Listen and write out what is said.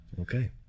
Okay